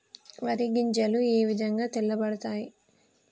వరి గింజలు ఏ విధంగా తెల్ల పడతాయి?